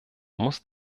muss